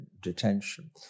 detention